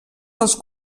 dels